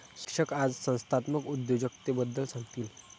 शिक्षक आज संस्थात्मक उद्योजकतेबद्दल सांगतील